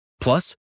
Plus